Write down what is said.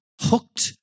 hooked